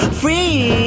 free